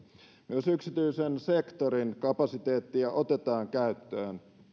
myös yksityisen sektorin kapasiteettia otetaan käyttöön